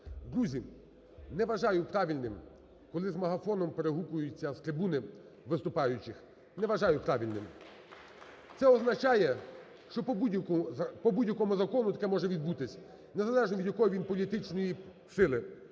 Друзі, не вважаю правильним, коли з мегафоном перегукуються з трибуни виступаючих, не вважаю правильним. Це означає, що по будь-якому закону таке може відбутися, незалежно від якої він політичної сили.